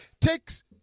takes